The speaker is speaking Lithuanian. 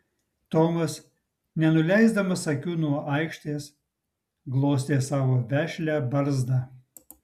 tomas nenuleisdamas akių nuo aikštės glostė savo vešlią barzdą